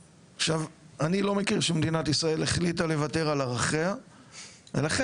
אני לא מכיר שמדינת ישראל החליטה לוותר על ערכיה ולכן